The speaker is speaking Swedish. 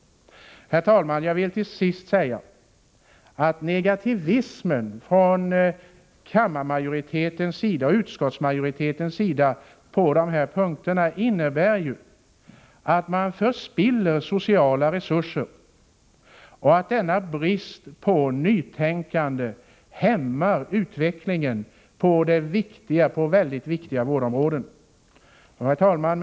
Herr talman! Till sist vill jag säga att negativismen från kammarmajoritetens och utskottsmajoritetens sida på dessa punkter ju innebär att man förspiller sociala resurser. Denna brist på nytänkande hämmar utvecklingen på de mycket viktiga vårdområdena. Herr talman!